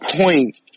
point